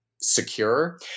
secure